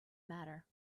matter